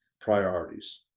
priorities